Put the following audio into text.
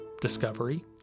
discovery